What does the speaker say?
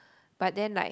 but then like